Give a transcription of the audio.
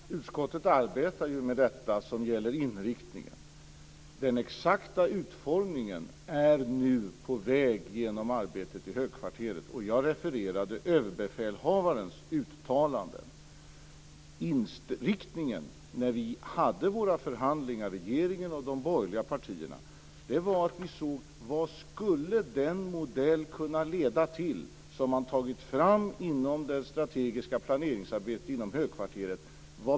Fru talman! Utskottet arbetar med detta som gäller inriktningen. Den exakta utformningen är nu på väg genom arbetet i högkvarteret, och jag refererade överbefälhavarens uttalanden. När vi i regeringen och de borgerliga partierna hade våra förhandlingar inriktade vi oss på att se vad den modell som man hade tagit fram inom det strategiska planeringsarbetet inom högkvarteret skulle kunna leda till.